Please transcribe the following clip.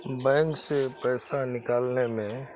bank سے پیسہ نکالنے میں